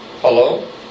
Hello